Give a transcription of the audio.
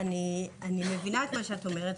אני מבינה את מה שאת אומרת.